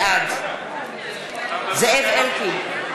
בעד זאב אלקין,